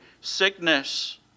sickness